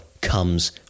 comes